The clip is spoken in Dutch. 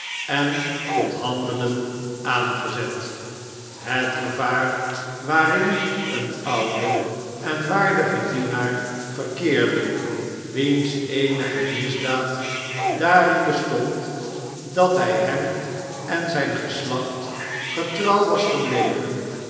en tot handelen aangezet het gevaar waarineen oude en waardige dienaar verkeerde wiens eenige misdaad daarin bestond dat hij hem en zyn geslacht getrouw was gebleven